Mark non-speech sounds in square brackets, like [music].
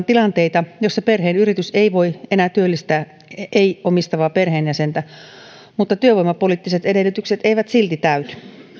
[unintelligible] tilanteita joissa perheen yritys ei voi enää työllistää ei omistavaa perheenjäsentä mutta työvoimapoliittiset edellytykset eivät silti täyty